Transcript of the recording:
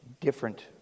different